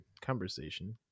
conversation